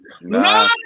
No